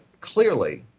clearly